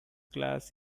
class